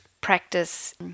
practice